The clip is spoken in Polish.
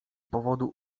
powodu